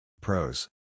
Pros